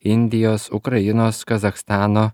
indijos ukrainos kazachstano